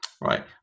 right